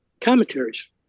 commentaries